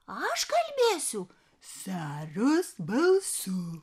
aš kalbėsiu saros balsu